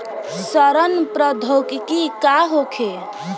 सड़न प्रधौगिकी का होखे?